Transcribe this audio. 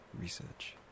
research